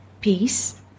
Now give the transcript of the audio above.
peace